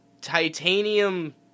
titanium